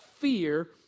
fear